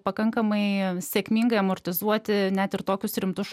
pakankamai sėkmingai amortizuoti net ir tokius rimtus